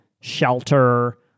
shelter